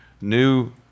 New